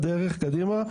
קדימה,